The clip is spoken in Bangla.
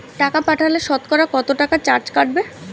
টাকা পাঠালে সতকরা কত টাকা চার্জ কাটবে?